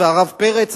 הרב פרץ,